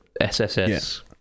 SSS